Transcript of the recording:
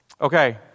Okay